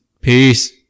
peace